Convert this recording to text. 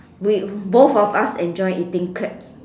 we both of us enjoy eating crabs